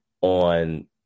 on